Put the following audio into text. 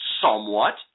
somewhat